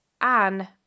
Anne